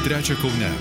trečią kaune